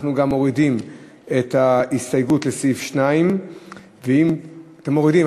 אנחנו גם מורידים את ההסתייגות לסעיף 2. אתם מורידים,